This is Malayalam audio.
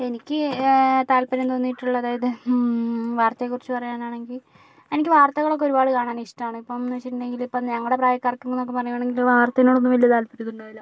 എനിക്ക് താല്പര്യം തോന്നിട്ടുള്ളത് അതായത് വാർത്തയെ കുറിച്ച് പറയാനാണെങ്കിൽ എനിക്ക് വാർത്തകളൊക്കെ ഒരുപാട് കാണാൻ ഇഷ്ടം ആണ് ഇപ്പം എന്ന് വെച്ചിട്ടുണ്ടെങ്കില് ഇപ്പം ഞങ്ങളുടെ പ്രായക്കാർക്ക് ഒക്കെ എന്ന് പറയുവാണെങ്കില് വാർത്തെനോട് ഒന്നും വലിയ താല്പര്യം ഒന്നും ഉണ്ടാവില്ല